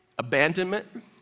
Abandonment